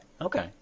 Okay